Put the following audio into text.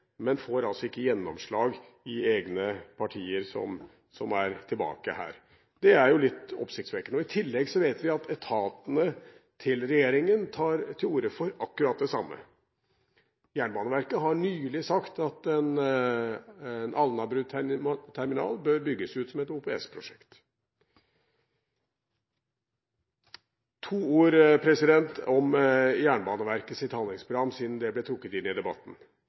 men de får altså ikke gjennomslag hos dem i egne partier som er tilbake her. Det er litt oppsiktsvekkende. I tillegg vet vi at etatene til regjeringen tar til orde for akkurat det samme. Jernbaneverket har nylig sagt at Alnabruterminalen bør bygges ut som et OPS-prosjekt. To ord om Jernbaneverkets handlingsprogram, siden det ble trukket inn i debatten: